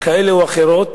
כאלה או אחרות